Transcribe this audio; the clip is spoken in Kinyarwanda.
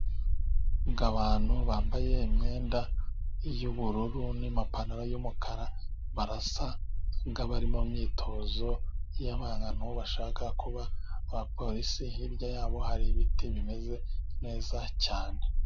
Abantu bambaye imyenda y'ubururu n'amapantaro y'umukara, barasa nk'abari mu myitozo y'abantu bashaka kuba abapolisi, hirya yabo hari ibiti bimeze neza cyane.